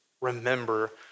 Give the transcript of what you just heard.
remember